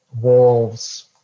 wolves